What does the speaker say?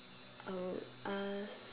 I would ask